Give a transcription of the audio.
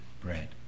bread